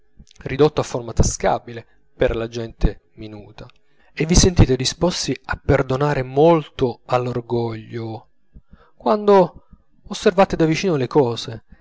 ridotto a forma tascabile per la gente minuta e vi sentite disposti a perdonar molto all'orgoglio quando osservate da vicino le cose